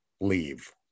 leave